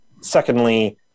secondly